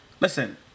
listen